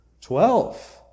Twelve